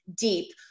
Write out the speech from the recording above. deep